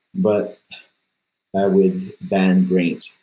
but i would ban grains.